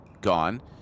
gone